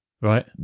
Right